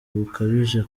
bukabije